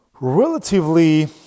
relatively